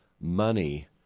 Money